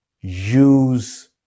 Use